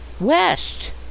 West